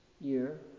year